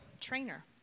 trainer